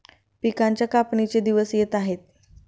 पिकांच्या कापणीचे दिवस येत आहेत